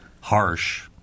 harsh